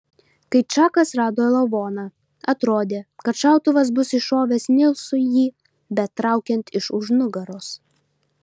kai čakas rado lavoną atrodė kad šautuvas bus iššovęs nilsui jį betraukiant iš už nugaros